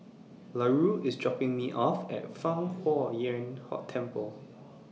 Larue IS dropping Me off At Fang Huo Yuan Hot Temple